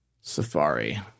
Safari